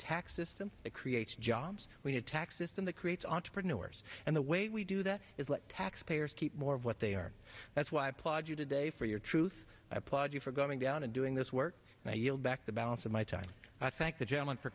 tax system that creates jobs we have tax system that creates entrepreneurs and the way we do that is what taxpayers keep more of what they are that's why i applaud you today for your truth i applaud you for going down and doing this work and i yield back the balance of my time thank the gentleman for